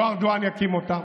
לא ארדואן יקים אותה,